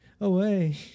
away